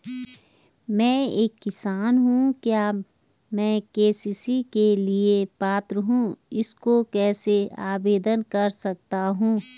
मैं एक किसान हूँ क्या मैं के.सी.सी के लिए पात्र हूँ इसको कैसे आवेदन कर सकता हूँ?